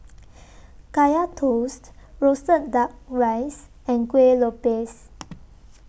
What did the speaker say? Kaya Toast Roasted Duck Rice and Kueh Lopes